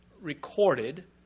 recorded